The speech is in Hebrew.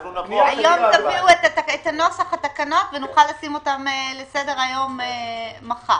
היום תביאו את נוסח התקנות ונוכל לשים לסדר-היום מחר.